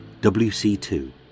WC2